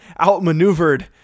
outmaneuvered